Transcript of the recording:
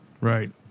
Right